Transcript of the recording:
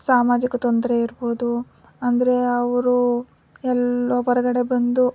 ಸಾಮಾಜಿಕ ತೊಂದರೆ ಇರ್ಬೋದು ಅಂದರೆ ಅವರು ಎಲ್ಲೋ ಹೊರಗಡೆ ಬಂದು